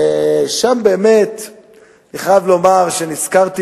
ושם באמת אני חייב לומר שנזכרתי,